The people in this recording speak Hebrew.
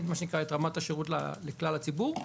מה שנקרא את רמת השירות לכלל הציבור.